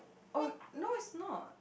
oh no it's not